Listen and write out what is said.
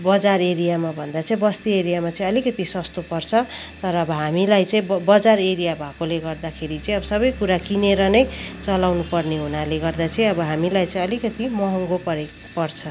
बजार एरियामा भन्दा चाहिँ बस्ती एरियामा चाहिँ अलिकति सस्तो पर्छ तर अब हामीलाई चाहिँ ब बजार एरिया भएकोले गर्दाखेरि चाहिँ अब सबै कुरा किनेर नै चलाउनु पर्ने हुनाले गर्दा चाहिँ अब हामीलाई चाहिँ अलिकति महँगो परेको पर्छ